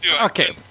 Okay